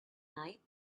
night